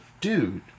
dude